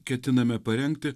ketiname parengti